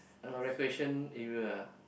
uh recreation area ah